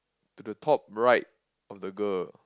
to the top right of the girl